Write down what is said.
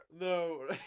no